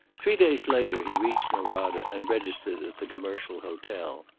three days later he reached norada, and registered at the commercial hotel.